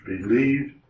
believed